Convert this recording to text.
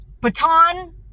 baton